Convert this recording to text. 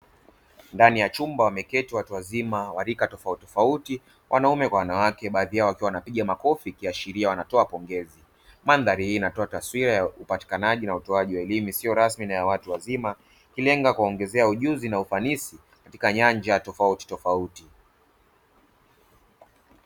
Ndani ya chumba wameketi watu wazima wa rika tofauti tofauti wanaume kwa wanawake baadhi yao wakiwa wanapiga makofi ikiashiria wanatoa pongezi, mandhali hii ya upatikanaji na utoaji wa elimu isiyo rasmi na yawatu wazima, ikilenga kuwaongezea ujuzia na ufanisi katika nyanja tofauti tofauti.